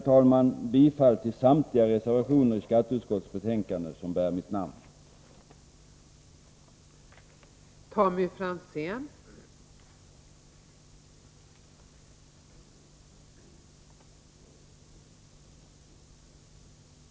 Jag yrkar bifall till samtliga reservationer i skatteutskottets betänkande där mitt namn förekommer.